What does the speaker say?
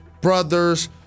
brothers